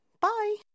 Bye